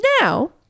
now